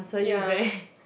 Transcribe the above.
ya